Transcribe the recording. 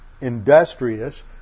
industrious